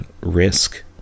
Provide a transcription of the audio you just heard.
risk